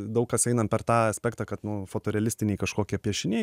daug kas eina per tą aspektą kad nu fotorealistiniai kažkokie piešiniai